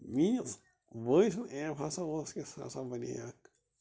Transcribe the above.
میٛٲنِس بٲے سٕنٛز ایم ہسا اوس کہِ سُہ ہسا بنہِ ہے اَکھ